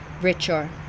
richer